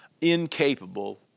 incapable